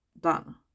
done